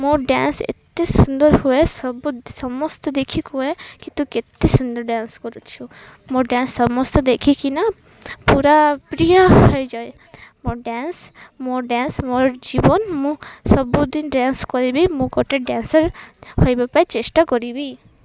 ମୋ ଡ଼୍ୟାନ୍ସ ଏତେ ସୁନ୍ଦର ହୁଏ ସବୁ ସମସ୍ତେ ଦେଖି କୁହେ କି ତୁ କେତେ ସୁନ୍ଦର ଡ଼୍ୟାନ୍ସ କରୁଛୁ ମୋ ଡ଼୍ୟାନ୍ସ ସମସ୍ତେ ଦେଖିକିନା ପୁରା ପ୍ରିୟ ହୋଇଯାଏ ମୋ ଡ଼୍ୟାନ୍ସ ମୋ ଡ଼୍ୟାନ୍ସ ମୋର ଜୀବନ ମୁଁ ସବୁଦିନ ଡ଼୍ୟାନ୍ସ କରିବି ମୁଁ ଗୋଟେ ଡ଼୍ୟାନ୍ସର୍ ହୋଇବା ପାଇଁ ଚେଷ୍ଟା କରିବି